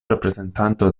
reprezentanto